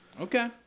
Okay